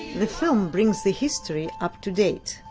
the film brings the history up to date.